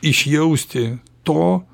išjausti to